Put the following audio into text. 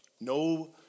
No